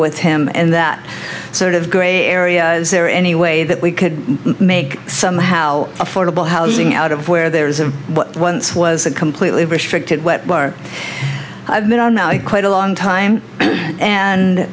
with him and that sort of grey area is there any way that we could make somehow affordable housing out of where there is a once was a completely of a strict and wet bar i've been on now quite a long time and